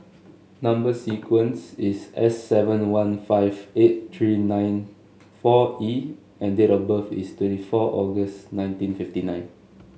number sequence is S seven one five eight three nine four E and date of birth is twenty four August nineteen fifty nine